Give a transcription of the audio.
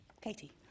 Katie